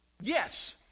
Yes